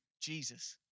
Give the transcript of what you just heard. Jesus